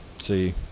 See